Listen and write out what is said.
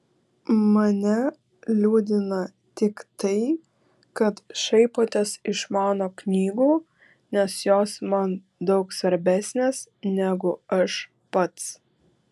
mane liūdina tik tai kad šaipotės iš mano knygų nes jos man daug svarbesnės negu aš pats